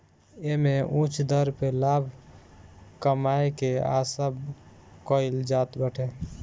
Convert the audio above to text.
एमे उच्च दर पे लाभ कमाए के आशा कईल जात बाटे